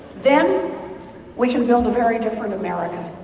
then we can build a very different america.